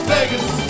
Vegas